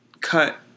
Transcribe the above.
cut